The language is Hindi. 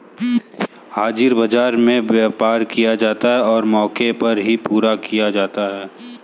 हाजिर बाजार में व्यापार किया जाता है और मौके पर ही पूरा किया जाता है